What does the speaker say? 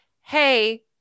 hey